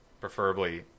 preferably